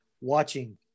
watching